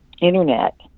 Internet